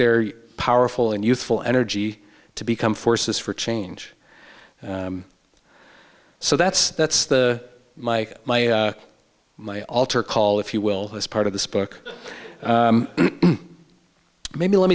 their powerful and youthful energy to become forces for change so that's that's the my my my alter call if you will as part of this book maybe let